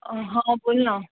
हा बोल ना